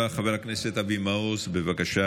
חבר הכנסת אבי מעוז, בבקשה.